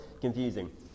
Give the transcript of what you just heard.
confusing